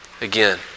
again